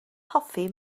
hoffi